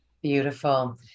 Beautiful